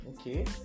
Okay